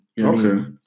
Okay